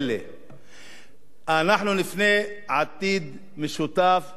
אנחנו נבנה עתיד משותף שיבטיח את עתיד ילדינו,